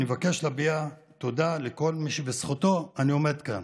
אני מבקש להביע תודה לכל מי שבזכותו אני עומד כאן: